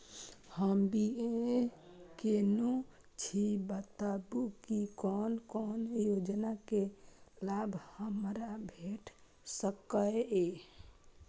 हम बी.ए केनै छी बताबु की कोन कोन योजना के लाभ हमरा भेट सकै ये?